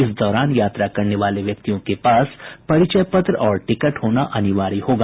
इस दौरान यात्रा करने वाले व्यक्तियों के पास परिचय पत्र और टिकट होना अनिवार्य होगा